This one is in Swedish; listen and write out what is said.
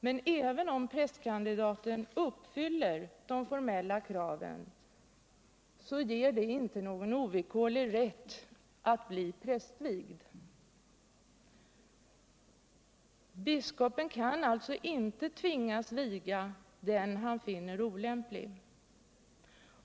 Men även om prästkandidaten uppfyller de formella kraven ger detta inte någon ovillkorlig rätt att bli prästvigd. Biskopen kan således inte tvingas viga den han finner olämplig.